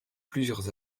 plusieurs